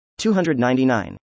299